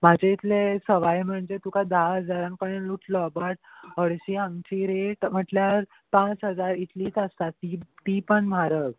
म्हाजे इतले सवाय म्हणजे तुका धा हजारान कडेन उटलो बट हरशीं हांगची रेट म्हटल्यार पांच हजार इतलीच आसता ती ती पूण म्हारग